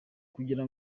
kugira